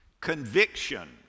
conviction